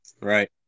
Right